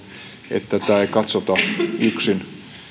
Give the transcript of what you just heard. että tätä ei katsota yksin